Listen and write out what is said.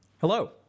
Hello